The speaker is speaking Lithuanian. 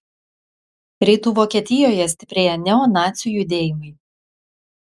rytų vokietijoje stiprėja neonacių judėjimai